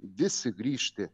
visi grįžti